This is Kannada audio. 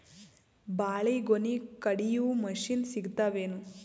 ಬಾಳಿಗೊನಿ ಕಡಿಯು ಮಷಿನ್ ಸಿಗತವೇನು?